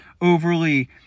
overly